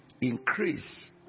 increase